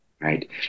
right